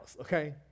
okay